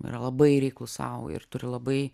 yra labai reiklūs sau ir turi labai